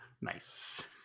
Nice